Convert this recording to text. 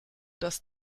das